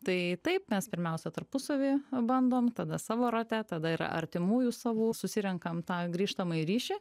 tai taip mes pirmiausia tarpusavy bandom tada savo rate tada ir artimųjų savų susirenkam tą grįžtamąjį ryšį